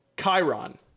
chiron